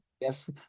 yes